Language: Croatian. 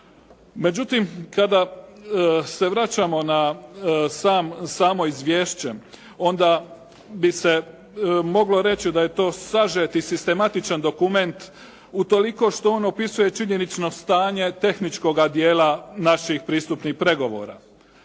Međutim, kada se vraćamo na samo izvješće onda bi se moglo reći da je to sažet i sistematičan dokument utoliko što on opisuje činjenično stanje tehničkoga dijela naših pristupnih pregovora.